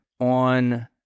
on